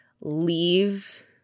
leave